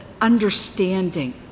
understanding